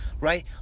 right